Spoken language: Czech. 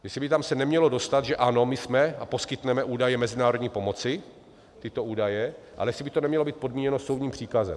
Jestli by se tam nemělo dostat že ano, my jsme a poskytneme údaje mezinárodní pomoci, tyto údaje, ale jestli by to nemělo být podmíněno soudním příkazem.